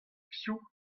piv